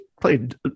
played